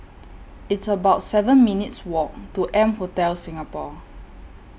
It's about seven minutes' Walk to M Hotel Singapore